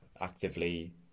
actively